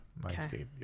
Mindscape